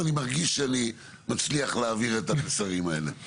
ואני מרגיש שאני מצליח להעביר את המסרים האלה.